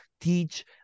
teach